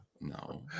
no